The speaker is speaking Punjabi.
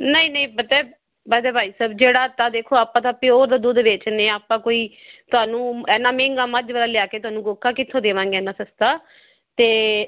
ਨਹੀਂ ਨਹੀਂ ਪਤਾ ਹੈ ਵੈਸੇ ਭਾਈ ਸਾਹਿਬ ਜਿਹੜਾ ਤਾਂ ਦੇਖੋ ਆਪਾਂ ਤਾਂ ਪਿਓਰ ਦਾ ਦੁੱਧ ਵੇਚਦੇ ਹਾਂ ਆਪਾਂ ਕੋਈ ਤੁਹਾਨੂੰ ਐਨਾ ਮਹਿੰਗਾ ਮੱਝ ਵਾਲਾ ਲਿਆ ਕੇ ਤੁਹਾਨੂੰ ਕਿੱਥੋਂ ਦੇਵਾਂਗੇ ਐਨਾ ਸਸਤਾ ਅਤੇ